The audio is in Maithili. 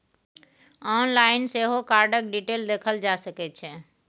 आनलाइन सेहो कार्डक डिटेल देखल जा सकै छै